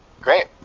great